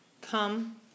Come